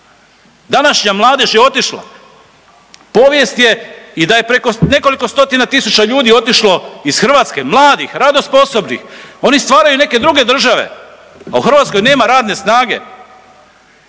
Današnja mladež je otišla. Povijest je i da je preko nekoliko stotina tisuća ljudi otišlo iz Hrvatske mladih, radno sposobnih. Oni stvaraju neke druge države, a u Hrvatskoj nema radne snage.